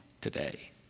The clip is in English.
today